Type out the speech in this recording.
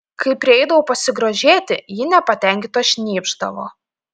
kai prieidavau pasigrožėti ji nepatenkinta šnypšdavo